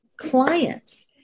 clients